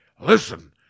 listen